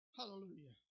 Hallelujah